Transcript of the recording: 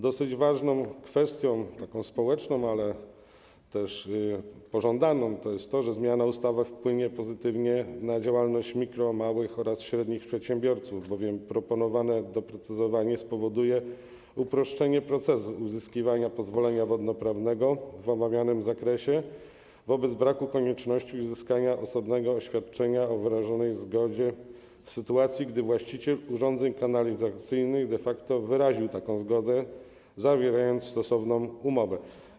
Dosyć ważną kwestią, taką społeczną, ale też pożądaną, jest to, że zmiana ustawy wpłynie pozytywnie na działalność mikro-, małych oraz średnich przedsiębiorców, bowiem proponowane doprecyzowanie spowoduje uproszczenie procesu uzyskiwania pozwolenia wodnoprawnego w omawianym zakresie wobec braku konieczności uzyskania osobnego oświadczenia o wyrażonej zgodzie w sytuacji, gdy właściciel urządzeń kanalizacyjnych de facto wyraził taką zgodę, zawierając stosowną umowę.